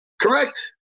Correct